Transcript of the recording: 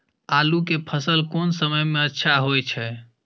आलू के फसल कोन समय में अच्छा होय छै?